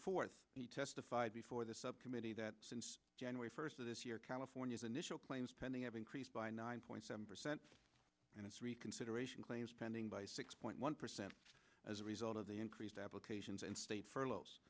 fourth he testified before the subcommittee that since january first of this year california's initial claims pending have increased by nine point seven percent and it's reconsideration claims pending by six point one percent as a result of the increased applications and state furloughs